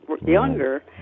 younger